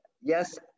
yes